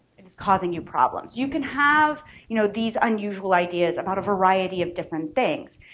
and it's causing you problems. you can have you know these unusual ideas about a variety of different things.